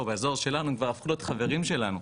באזור שלנו כבר הפכו להיות חברים שלנו.